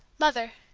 mother,